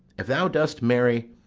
if thou dost marry,